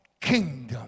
kingdom